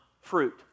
fruit